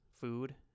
food